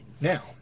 Now